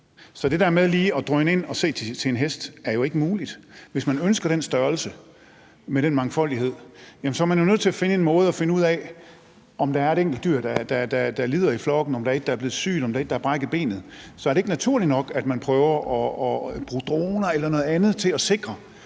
Så det der med lige at drøne ind og se til sin hest er jo ikke muligt. Hvis man ønsker den størrelse med den mangfoldighed, er man jo nødt til at finde på en måde at finde ud af, om der er et enkelt dyr i flokken, der lider, om der er et, der er blevet sygt, eller om der er et, der har brækket benet. Så er det ikke naturligt nok, at man prøver at bruge droner eller noget andet til at sikre